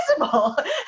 impossible